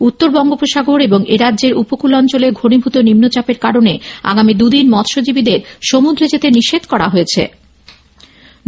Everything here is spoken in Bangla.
উত্তর বঙ্গোপসাগর এবং এরাজ্যের উপকূল অঞ্চলে ঘনীভুত নিম্নচাপের কারনে আগামী দু দিন মৎস্যজীবীদের সমুদ্রে যেতে নিষেধ করা হয়েছে